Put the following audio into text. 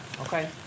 okay